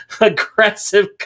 aggressive